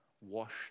washed